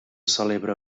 celebra